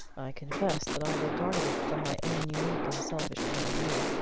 confess that i regarded it from my own unique and selfish point of view.